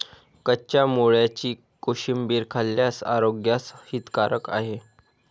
कच्च्या मुळ्याची कोशिंबीर खाल्ल्यास आरोग्यास हितकारक आहे